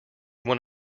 one